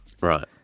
Right